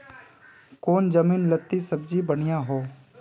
कौन जमीन लत्ती सब्जी बढ़िया हों?